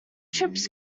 trips